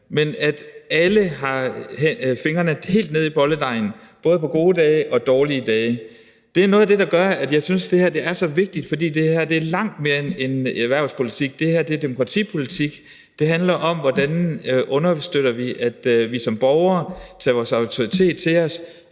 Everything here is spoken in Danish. Alle har fingrene helt nede i bolledejen, både på gode dage og dårlige dage. Det er noget af det, der gør, at jeg synes, det her er så vigtigt, for det her er langt mere end erhvervspolitik. Det her er demokratipolitik. Det handler om, hvordan man understøtter, at vi som borgere tager vores autoritet til os